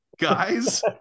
guys